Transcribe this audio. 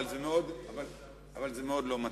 אבל זה מאוד לא מתאים.